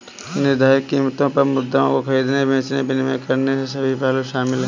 निर्धारित कीमतों पर मुद्राओं को खरीदने, बेचने और विनिमय करने के सभी पहलू शामिल हैं